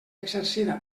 exercida